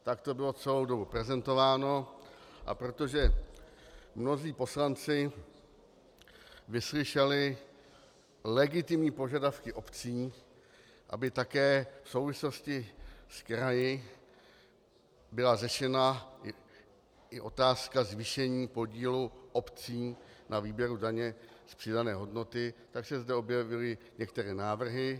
Tak to bylo celou dobu prezentováno, a protože mnozí poslanci vyslyšeli legitimní požadavky obcí, aby také v souvislosti s kraji byla řešena i otázka zvýšení podílu obcí na výběru daně z přidané hodnoty, tak se zde objevily některé návrhy.